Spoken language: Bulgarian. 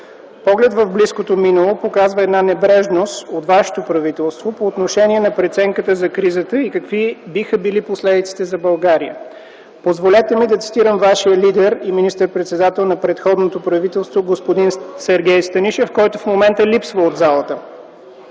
Поглед в близкото минало показва една небрежност от вашето правителство по отношение на преценката за кризата и какви биха били последиците за България. Позволете ми да цитирам вашия лидер и министър-председател на предходното правителство господин Сергей Станишев, който в момента липсва от залата.